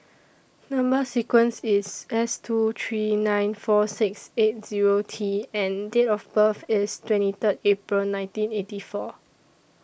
Number sequence IS S two three nine four six eighty Zero T and Date of birth IS twenty Third April nineteen eighty four